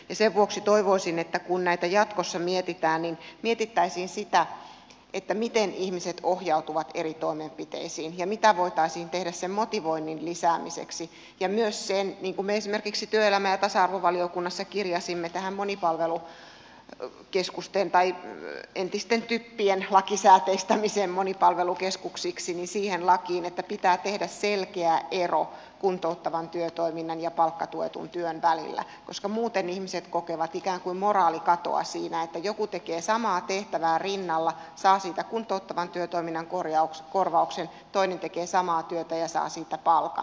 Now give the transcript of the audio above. sen vuoksi toivoisin että kun näitä jatkossa mietitään niin mietittäisiin sitä miten ihmiset ohjautuvat eri toimenpiteisiin ja mitä voitaisiin tehdä sen motivoinnin lisäämiseksi ja myös sen eteen niin kuin me esimerkiksi työelämä ja tasa arvovaliokunnassa kirjasimme tähän lakiin monipalvelukeskusten tai entisten typien lakisääteistämisestä monipalvelukeskuksiksi että tehtäisiin selkeä ero kuntouttavan työtoiminnan ja palkkatuetun työn välillä koska muuten ihmiset kokevat ikään kuin moraalikatoa siinä että joku tekee samaa tehtävää rinnalla saa siitä kuntouttavan työtoiminnan korvauksen ja toinen tekee samaa työtä ja saa siitä palkan